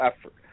effort